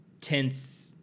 tense